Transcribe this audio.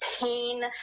pain